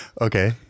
Okay